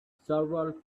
several